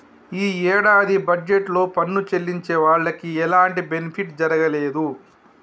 యీ యేడాది బడ్జెట్ లో పన్ను చెల్లించే వాళ్లకి ఎలాంటి బెనిఫిట్ జరగనేదు